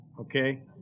Okay